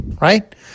right